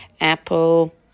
Apple